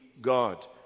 God